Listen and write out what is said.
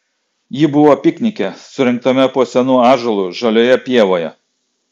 ji buvo piknike surengtame po senu ąžuolu žalioje pievoje